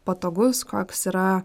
patogus koks yra